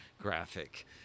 graphic